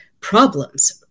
problems